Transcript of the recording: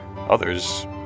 Others